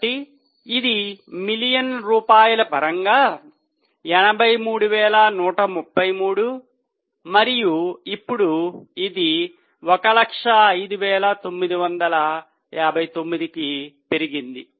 కాబట్టి ఇది మిలియన్ల రూపాయిల పరంగా 83133 మరియు ఇప్పుడు ఇది 105959 కు పెరిగింది